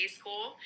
school